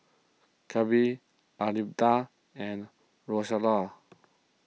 Kahlil Armida and Rosella